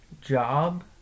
job